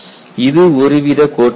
இது ஒரு வித கோட்பாடாகும்